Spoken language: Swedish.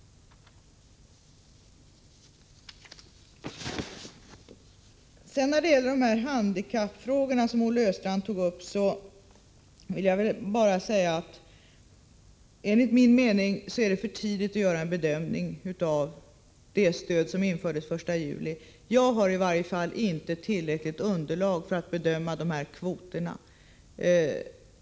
När det sedan gäller de handikappfrågor som Olle Östrand tog upp vill jag bara säga att det enligt min mening är för tidigt att göra en bedömning av det stöd som infördes den 1 juli. Jag har i varje fall inte tillräckligt underlag för att bedöma de här kvoterna.